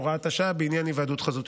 הוראת השעה בעניין היוועדות חזותית.